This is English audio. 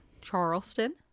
Charleston